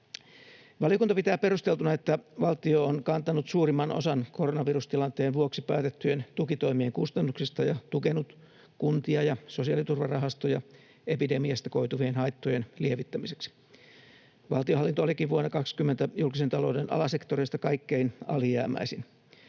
Valiokunta pitää perusteltuna, että valtio on kantanut suurimman osan koronavirustilanteen vuoksi päätettyjen tukitoimien kustannuksista ja tukenut kuntia ja sosiaaliturvarahastoja epidemiasta koituvien haittojen lievittämiseksi. Valtionhallinto olikin vuonna 20 julkisen talouden alasektoreista kaikkein alijäämäisin.